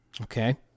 Okay